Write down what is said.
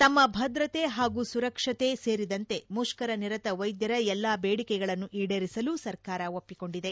ತಮ್ಮ ಭದ್ರತೆ ಹಾಗು ಸುರಕ್ಷತೆ ಸೇರಿದಂತೆ ಮುಷ್ಕರ ನಿರತ ವೈದ್ಯರ ಎಲ್ಲಾ ಬೇಡಿಕೆಗಳನ್ನು ಈಡೇರಿಸಲು ಸರ್ಕಾರ ಒಪ್ಪಿಕೊಂಡಿದೆ